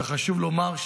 וחשוב לומר,